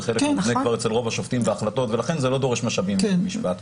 זה קורה אצל רוב השופטים בהחלטות ולכן זה לא דורש משאבים מבית המשפט.